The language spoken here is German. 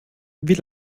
wie